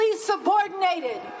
subordinated